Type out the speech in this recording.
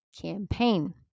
campaign